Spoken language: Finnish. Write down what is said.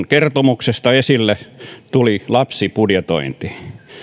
kertomuksesta esille tuli lapsibudjetointi